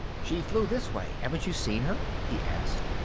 she flew this way, haven't you seen her? he asked.